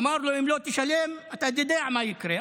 אמר לו: אם לא תשלם, אתה יודע מה יקרה.